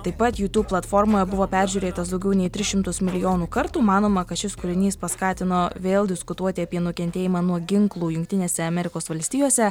taip pat jutūb platformoje buvo peržiūrėtas daugiau nei tris šimtus milijonų kartų manoma kad šis kūrinys paskatino vėl diskutuoti apie nukentėjimą nuo ginklų jungtinėse amerikos valstijose